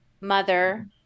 mother